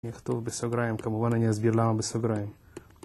נכתוב בסוגריים, כמובן אני אזביר למה בסוגריים.